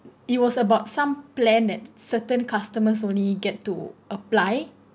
it was about some plan that certain customers only get to apply